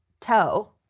toe